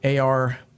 AR